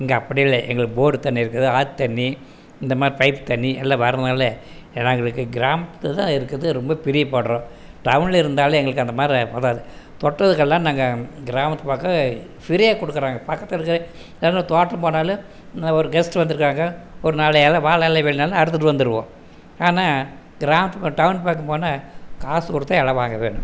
இங்கே அப்படி இல்லை எங்களுக்கு போர் தண்ணி இருக்குது ஆற்று தண்ணி இந்த மாதிரி பைப்பு தண்ணி எல்லாம் வரதுனால் நாங்களுக்கு கிராமத்தில் தான் இருக்குது ரொம்ப பிரியப்படுறோம் டவுனில் இருந்தாலே எங்களுக்கு அந்த மாதிரி வராது தொட்டத்துக்கெல்லாம் நாங்கள் கிராமத்துப்பக்கம் ஃபிரீயாக கொடுக்கறாங்க பக்கத்தில் இருக்கிற யாராவது தோட்டம் போனாலும் ஒரு கெஸ்ட்டு வந்துருக்காங்க ஒரு நாலு இல வாழை இல வேணாலும் அறுத்துகிட்டு வந்துடுவோம் ஆனால் கிராமத்துப் இப்போ டவுன் பக்கம் போனால் காசு கொடுத்து இல வாங்குதுன்னு